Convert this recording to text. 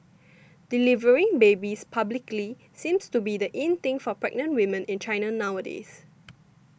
delivering babies publicly seems to be the in thing for pregnant women in China nowadays